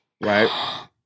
right